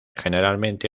generalmente